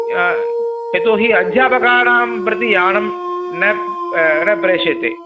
यतोहि अध्यापकानां प्रति यानं न न प्रेष्यते